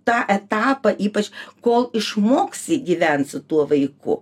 tą etapą ypač kol išmoksi gyvent su tuo vaiku